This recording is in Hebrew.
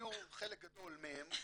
חלק גדול מהם,